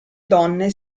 donne